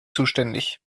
zuständig